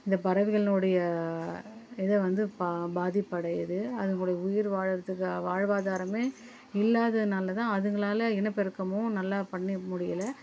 இந்த பறவைகளினுடைய இதை வந்து பா பாதிப்பு அடையுது அதுங்களோடய உயிர் வாழ்றதுக்கு வால்வாதாரமே இல்லாதனால் அதுங்களால் இனப்பெருக்கமும் நல்ல பண்ண முடியல